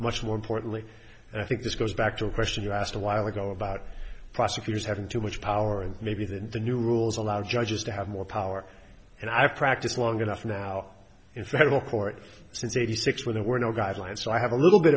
much more importantly and i think this goes back to a question you asked a while ago about prosecutors having too much power and maybe that the new rules allow judges to have more power and i practiced long enough now in federal court since eighty six when there were no guidelines so i have a little bit